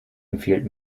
empfiehlt